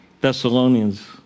Thessalonians